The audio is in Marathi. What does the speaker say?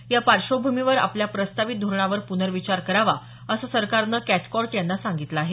या पार्श्वभूमीवर आपल्या प्रस्तावित धोरणावर पुनर्विचार करावा असं सरकारनं कॅथकॉर्ट यांना सांगितलं आहे